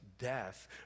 death